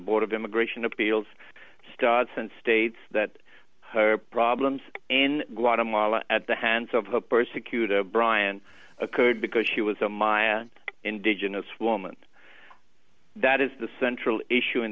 board of immigration appeals starts and states that her problems in guatemala at the hands of a persecuted brian occurred because she was a my indigenous woman that is the central issue in